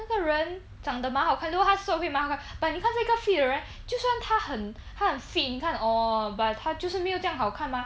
那个人长得蛮好看然后他 short rib 蛮好看 but 你看一个 fit 的人就算他很很 fit 你看 oh but 他就是没有这样好看吗